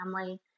family